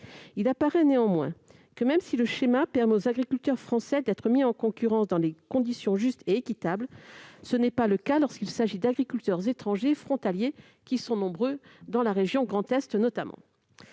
Il paraît néanmoins que, même si le schéma permet aux agriculteurs français d'être mis en concurrence dans des conditions justes et équitables, ce n'est pas le cas lorsqu'il s'agit d'agriculteurs étrangers frontaliers, qui sont nombreux, notamment dans la région Grand Est.